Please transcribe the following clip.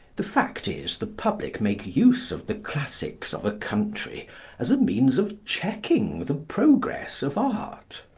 the fact is, the public make use of the classics of a country as a means of checking the progress of art.